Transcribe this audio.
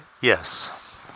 Yes